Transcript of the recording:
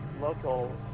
local